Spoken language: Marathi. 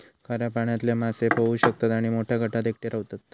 खाऱ्या पाण्यातले मासे पोहू शकतत आणि मोठ्या गटात एकटे रव्हतत